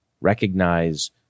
recognize